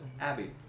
Abby